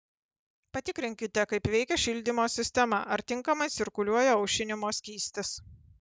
patikrinkite kaip veikia šildymo sistema ar tinkamai cirkuliuoja aušinimo skystis